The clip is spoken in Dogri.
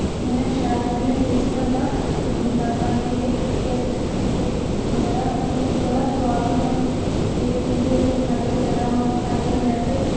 इन्ना शैल मतलब इन्ना टेस्ट बनदा फ्ही अस उसी खंदे बड़ा मतलब बड़ा स्वाद होंदा एह् मतलब एह्दे मसाले बगैरा पाए दे होंदे असें